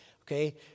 Okay